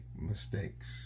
mistakes